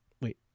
wait